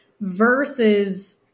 versus